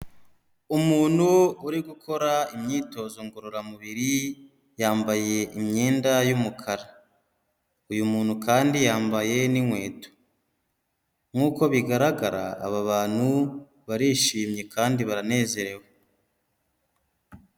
Umuntu uri gukora imyitozo ngororamubiri, yambaye imyenda y'umukara, uyu muntu kandi yambaye n'inkweto. Nk'uko bigaragara, aba bantu barishimye kandi baranezerewe.